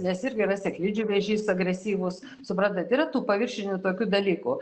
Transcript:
nes irgi yra sėklidžių vėžys agresyvus suprantat yra tų paviršinių tokių dalykų